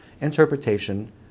interpretation